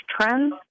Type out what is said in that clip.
trends